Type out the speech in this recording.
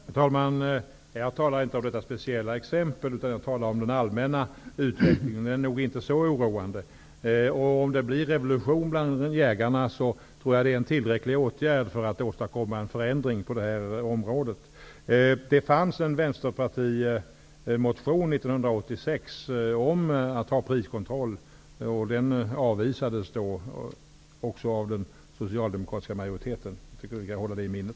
Herr talman! Jag talade inte om ett speciellt exempel, utan jag talade om den allmänna utvecklingen. Den är nog inte så oroande. Om det blir revolution bland jägarna, tror jag att det är en tillräcklig åtgärd för att på det här området åstadkomma en förändring. År 1986 fanns det en Vänsterpartimotion om priskontroll. Den motionen avvisades då av den socialdemokratiska majoriteten. Det kan vi hålla i minnet.